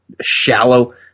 shallow